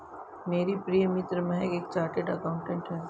मेरी प्रिय मित्र महक एक चार्टर्ड अकाउंटेंट है